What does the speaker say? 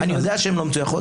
אני יודע שהן לא מצוייחות.